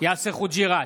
יאסר חוג'יראת,